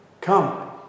come